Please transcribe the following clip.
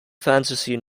fantasy